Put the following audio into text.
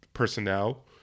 personnel